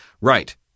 Right